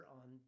on